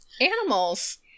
Animals